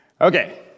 Okay